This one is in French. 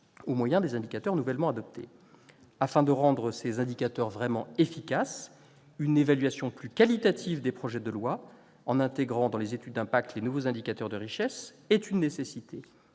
au moyen des indicateurs nouvellement adoptés. Afin de rendre ces indicateurs vraiment efficaces, une évaluation plus qualitative des projets de loi, l'intégration des nouveaux indicateurs de richesse dans les